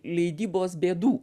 leidybos bėdų